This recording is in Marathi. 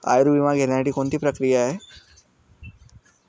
आयुर्विमा घेण्यासाठी कोणती प्रक्रिया आहे?